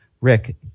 Rick